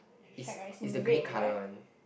is is a green colour one